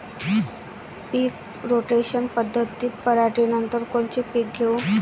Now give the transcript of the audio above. पीक rotation पद्धतीत पराटीनंतर कोनचे पीक घेऊ?